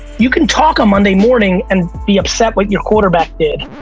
you can talk on monday morning and be upset when your quarterback did.